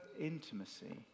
intimacy